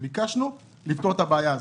ביקשנו לפתור את הבעיה הזאת.